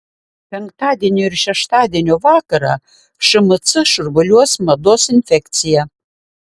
penktadienio ir šeštadienio vakarą šmc šurmuliuos mados infekcija